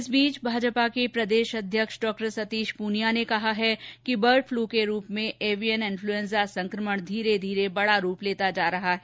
इस बीच भाजपा के प्रदेश अध्यक्ष डॉ सतीश पूनिया ने कहा है कि बर्ड फ्लू के रूप में एविएन इन्फ्लुएंजा संक्रमण धीरे धीरे बड़ा रूप लेता जा रहा है